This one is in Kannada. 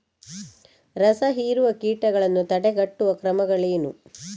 ರಸಹೀರುವ ಕೀಟಗಳನ್ನು ತಡೆಗಟ್ಟುವ ಕ್ರಮಗಳೇನು?